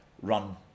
run